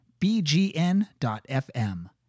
bgn.fm